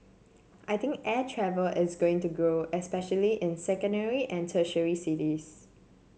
I think air travel is going to grow especially in secondary and tertiary cities